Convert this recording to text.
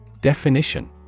Definition